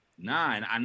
Nine